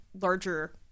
larger